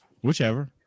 Whichever